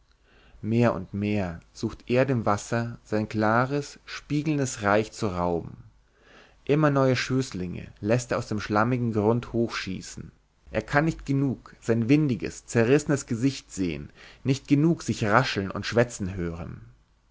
mehr und mehr sucht er dem wasser sein klares spiegelndes reich zu rauben immer neue spitze schößlinge läßt er aus dem schlammigen grund hochschießen er kann nicht genug sein windiges zerrissenes gesicht sehen nicht genug sich rascheln und schwätzen hören